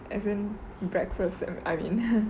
as in breakfast I mean